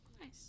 Nice